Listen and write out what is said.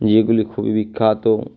যেগুলি খুবই বিখ্যাত